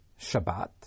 Shabbat